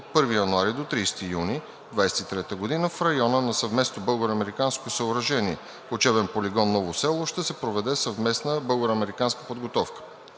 от 1 януари до 30 юни 2023 г. в района на съвместно българо-американско съоръжение – учебен полигон „Ново село“, ще се проведе съвместна българо-американска подготовка.